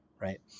right